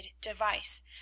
device